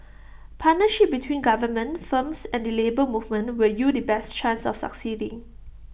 partnership between government firms and the Labour Movement will yield the best chance of succeeding